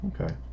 Okay